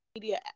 media